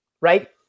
right